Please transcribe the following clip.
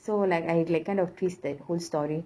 so like I like kind of twist the whole story